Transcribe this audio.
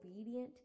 obedient